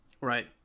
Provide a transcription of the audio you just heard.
Right